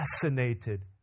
fascinated